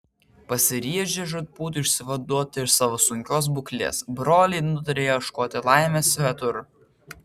pasiryžę žūtbūt išsivaduoti iš savo sunkios būklės broliai nutarė ieškoti laimės svetur